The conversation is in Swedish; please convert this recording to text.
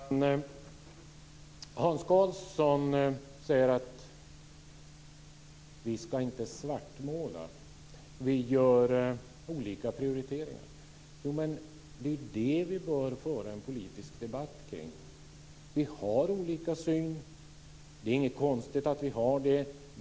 Fru talman! Hans Karlsson säger att vi inte ska svartmåla; vi gör olika prioriteringar. Jo, men det är ju det vi bör föra en politisk debatt kring! Vi har olika syn, och det är inget konstigt med att vi har det.